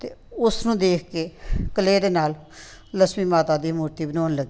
ਤੇ ਉਸ ਨੂੰ ਦੇਖ ਕੇ ਕਲੇਅ ਦੇ ਨਾਲ ਲਕਸ਼ਮੀ ਮਾਤਾ ਦੀ ਮੂਰਤੀ ਬਣਾਉਣ ਲੱਗੀ